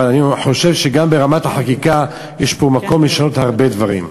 אבל אני חושב שגם ברמת החקיקה יש פה מקום לשנות הרבה דברים.